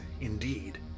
indeed